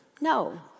No